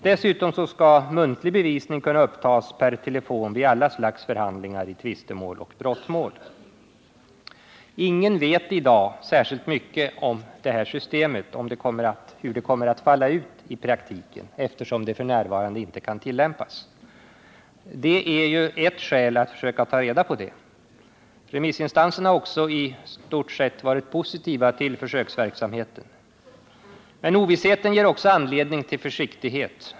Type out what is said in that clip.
Dessutom skall muntlig bevisning kunna upptas per telefon vid alla slags förhandlingar i tvistemål och brottmål. Ingen vet i dag särskilt mycket om hur det här systemet kommer att falla ut i praktiken, eftersom det f. n. inte kan tillämpas. Det är ett skäl för att söka ta reda på det. Remissinstanserna har också i stort sett varit positiva till försöksverksamhet. Men ovissheten ger också anledning till försiktighet.